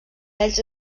ells